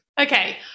Okay